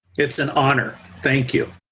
it's an honour. thank you.